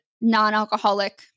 non-alcoholic